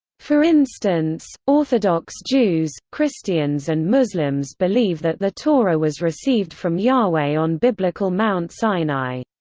for instance, orthodox jews, christians and muslims believe that the torah was received from yahweh on biblical mount sinai.